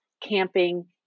camping